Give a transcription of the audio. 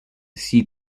seed